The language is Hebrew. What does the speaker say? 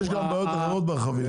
יש גם בעיות אחרות ברכבים.